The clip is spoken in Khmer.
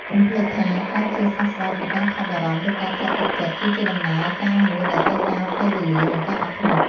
កុំភ្លេចថា ការជាសះស្បើយពីការថប់បារម្ភ ឬការធ្លាក់ទឹកចិត្ត គឺជាដំណើរការមួយដែលត្រូវការពេលវេលា និងការអត់ធ្មត់។